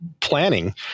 planning